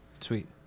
Sweet